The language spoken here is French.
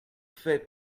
fait